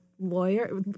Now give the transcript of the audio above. lawyer